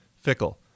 fickle